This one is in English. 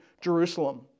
Jerusalem